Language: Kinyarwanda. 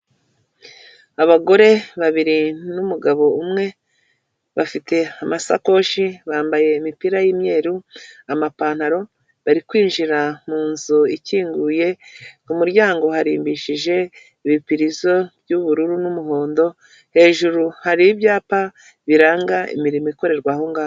Abagore babiri n' umugabo umwe bafite amasakoshi, bambaye imipira y'umweru, amapantaro; bari kwinjira mu nzu ikinguye ku muryango harimbishije ibipirizo by''ubururu n'umuhondo, hejuru hari ibyapa biranga imirimo ikorerwa aho ngaho.